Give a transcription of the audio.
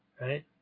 right